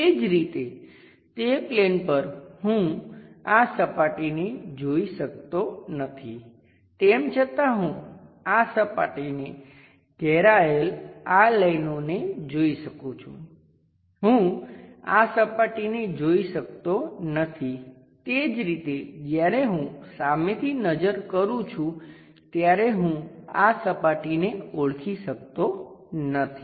એ જ રીતે તે પ્લેન પર હું આ સપાટીને જોઈ શકતો નથી તેમ છતાં હું આ સપાટીને ઘેરાયેલી આ લાઈનોને જોઈ શકું છું હું આ સપાટીને જોઈ શકતો નથી તે જ રીતે જ્યારે હું સામેથી નજર કરું છું ત્યારે હું આ સપાટીને ઓળખી શકતો નથી